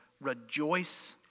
rejoice